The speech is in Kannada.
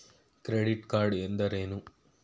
ಕ್ರೆಡಿಟ್ ಕಾರ್ಡ್ ಎಂದರೇನು?